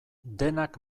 denak